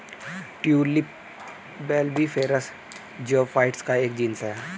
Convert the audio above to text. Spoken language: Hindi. ट्यूलिप बल्बिफेरस जियोफाइट्स का एक जीनस है